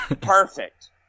Perfect